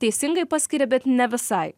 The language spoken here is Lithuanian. teisingai paskiria bet ne visai